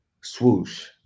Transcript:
swoosh